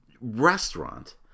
restaurant